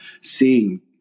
seeing